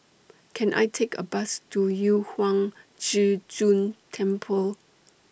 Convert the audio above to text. Can I Take A Bus to Yu Huang Zhi Zun Temple